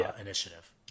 initiative